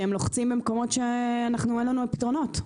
כי הם לוחצים במקומות שאין לנו פתרונות.